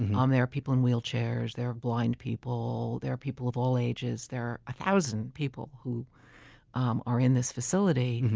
and um there are people in wheelchairs, there are blind people, there are people of all ages. there are one ah thousand people who um are in this facility,